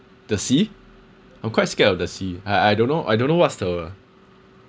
the sea I'm quite scared of the sea I I don't know I don't know what's the